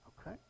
okay